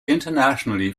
internationally